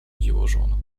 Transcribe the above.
dziwożona